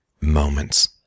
moments